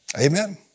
Amen